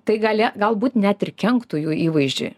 tai gali galbūt net ir kenktų jų įvaizdžiui